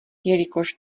jelikož